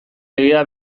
legea